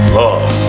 love